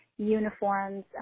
uniforms